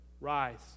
Rise